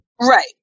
Right